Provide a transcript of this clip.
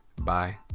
Bye